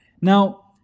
Now